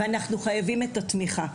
ואנחנו חייבים את התמיכה.